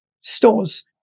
stores